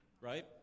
Right